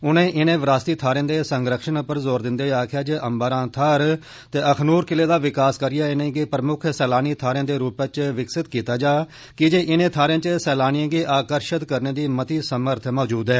उनें इनें विरासती थाहरें दे संरक्षण पर जोर दिन्दे होई आक्खेआ जे अम्बारां थाहर ते अखनूर किले दा विकास करीऐ इनेंगी प्रमुक्ख सैलानी थाहरें दे रुपै च विकसित किता जा कीजे इनें थहारें च सैलानिए गी आकर्षित करने दी मती समर्थ मौजूद ऐ